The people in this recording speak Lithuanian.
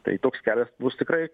tai toks kelias bus tikrai